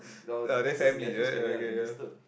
our nieces and nephews can yeah can disturb